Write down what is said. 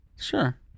Sure